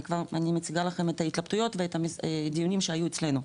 אני מציגה לכם את ההתלבטויות ואת הדיונים שהיו אצלנו.